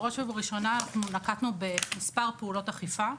בראש ובראשונה נקטנו במספר פעולות אכיפה.